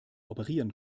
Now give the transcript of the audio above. operieren